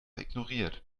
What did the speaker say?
ignoriert